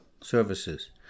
services